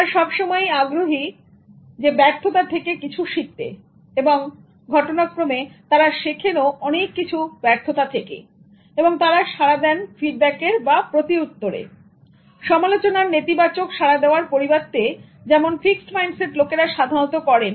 তারা সবসময়ই আগ্রহী ব্যর্থতা থেকে কিছু শিখতে এবং ঘটনাক্রমে তারা শেখেনও অনেক কিছু ব্যর্থতা থেকে এবং তারা সাড়া দেন ফিডব্যাকের বা প্রতিউত্তরেসমালোচনার নেতিবাচক সাড়া দেওয়ার পরিবর্তে যেমন ফিক্সট মাইন্ডসেট লোকেরা করেন